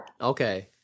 Okay